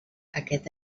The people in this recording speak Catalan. aquest